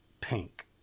Pink